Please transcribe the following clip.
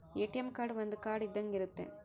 ATM card ಒಂದ್ card ಇದ್ದಂಗೆ ಇರುತ್ತೆ